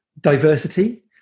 diversity